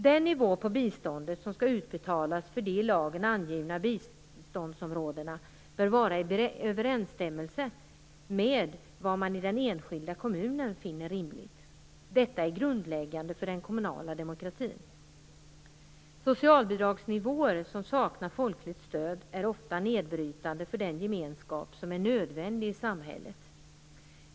Den nivå på biståndet som skall utbetalas för de i lagen angivna biståndsområdena bör vara i överensstämmelse med vad man i den enskilda kommunen finner rimligt. Detta är grundläggande för den kommunala demokratin. Socialbidragsnivåer som saknar folkligt stöd är ofta nedbrytande för den gemenskap som är nödvändig i samhället.